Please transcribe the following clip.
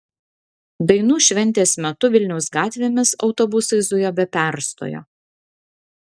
dainų šventės metu vilniaus gatvėmis autobusai zujo be perstojo